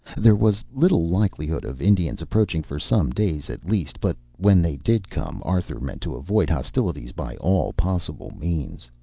there was little likelihood of indians approaching for some days, at least, but when they did come arthur meant to avoid hostilities by all possible means.